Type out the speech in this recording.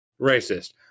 racist